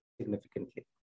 significantly